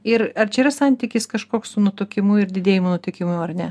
ir ar čia yra santykis kažkoks su nutukimu ir didėjimu nutikimų ar ne